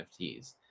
NFTs